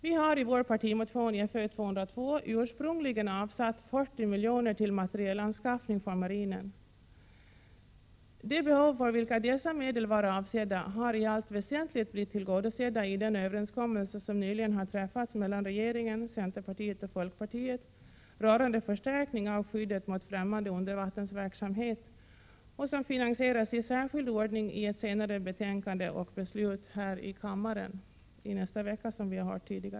Vi har i vår partimotion Fö202 ursprungligen avsatt 40 miljoner till materielanskaffning för marinen. De behov för vilka dessa medel var avsedda har i allt väsentligt blivit tillgodosedda i den överenskommelse som nyligen har träffats mellan regeringen, centerpartiet och folkpartiet rörande förstärkning av skyddet mot främmande undervattensverksamhet och som finansieras i särskild ordning enligt förslag i ett betänkande som tas upp till debatt här i kammaren i nästa vecka.